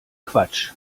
quatsch